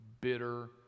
bitter